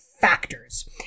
factors